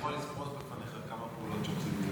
אני יכול לסקור בפניך כמה פעולות שעושים,